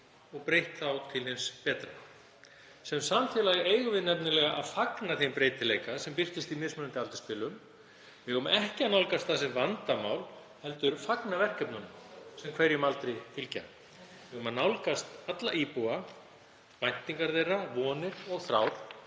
og þá til hins betra. Sem samfélag eigum við nefnilega að fagna þeim breytileika sem birtist í mismunandi aldursbilum. Við eigum ekki að nálgast það sem vandamál heldur fagna verkefnunum sem hverjum aldri fylgja. Við eigum að nálgast alla íbúa, væntingar þeirra, vonir og þrár